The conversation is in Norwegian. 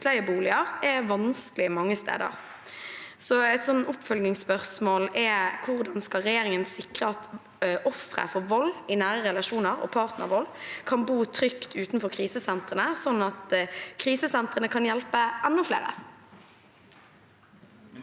utleieboliger er vanskelig mange steder. Et oppfølgingsspørsmål er: Hvordan skal regjeringen sikre at ofre for vold i nære relasjoner og partnervold kan bo trygt utenfor krisesentrene, sånn at krisesentrene kan hjelpe enda flere?